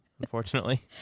unfortunately